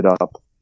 up